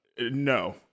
No